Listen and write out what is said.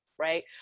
Right